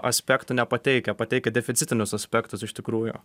aspektų nepateikia pateikia deficitinius aspektus iš tikrųjų